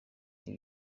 ibi